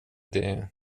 det